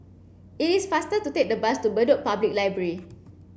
it is faster to take the bus to Bedok Public Library